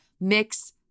mix